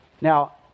Now